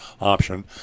option